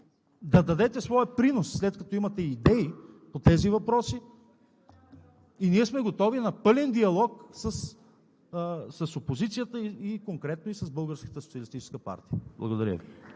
да дадете своя принос, след като имате идеи по тези въпроси. Ние сме готови на пълен диалог с опозицията, конкретно и с Българската